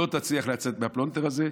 לא תצליח לצאת מהפלונטר הזה,